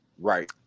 right